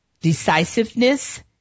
decisiveness